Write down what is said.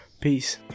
peace